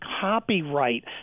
copyright